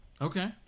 Okay